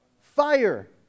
fire